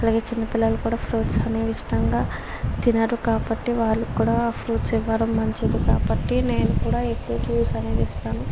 అలాగే చిన్నపిల్లలు కూడా ఫ్రూట్స్ అనేవి ఇష్టంగా తినరు కాబట్టి వాళ్ళకి కూడా ఫ్రూట్స్ ఇవ్వడం మంచిది కాబట్టి నేను కూడా ఎక్కువ జ్యూస్ అనేది ఇస్తాను